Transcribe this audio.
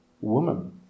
woman